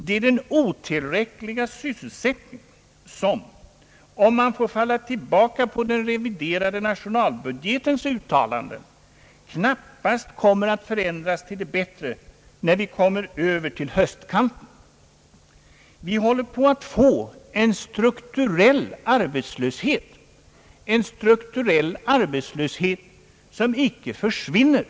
Det är den otillräckliga sysselsättningen som — om man får falla tillbaka på den reviderade nationalbudgetens uttalanden — knappast kommer att förändras till det bättre, när vi kommit över till höstkanten. Vi håller på att få en strukturell arbetslöshet — en strukturell arbetslöshet som inte försvinner.